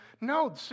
no